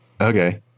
okay